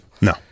No